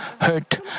hurt